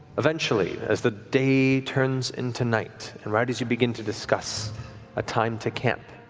eventually, as the day turns into night and right as you begin to discuss a time to camp,